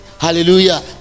hallelujah